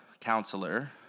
counselor